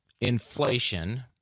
inflation